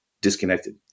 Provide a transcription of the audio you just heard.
disconnected